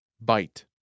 bite